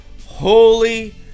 holy